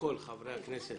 לכל חברי הכנסת